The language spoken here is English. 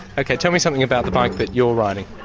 ok, tell me something about the bike that you're riding.